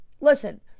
listen